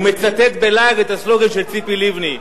הוא מצטט בלעג את הסלוגן של ציפי לבני,